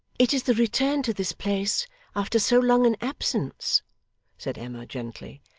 it is the return to this place after so long an absence said emma gently.